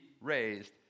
raised